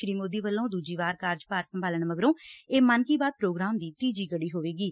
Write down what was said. ਸ੍ਸੀ ਮੋਦੀ ਵੱਲੋਂ ਦੁਜੀ ਵਾਰ ਕਾਰਜਭਾਰ ਸੰਭਾਲਣ ਮਗਰੋਂ ਇਹ ਮਨ ਕੀ ਬਾਤ ਪ੍ਰੋਗਰਾਮ ਦੀ ਤੀਜੀ ਕੜੀ ਹੋਵੇਗੀ